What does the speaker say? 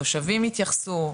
התושבים יתייחסו,